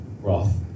wrath